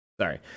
Sorry